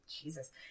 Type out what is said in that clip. Jesus